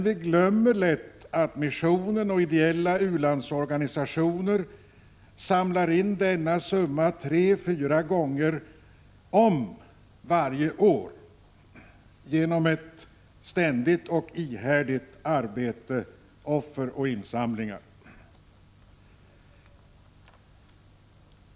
Vi glömmer emellertid lätt att missionen och ideella u-landsorganisationer genom ett ständigt och ihärdigt arbete, offer och insamlingar samlar in denna summa tre fyra gånger om varje år.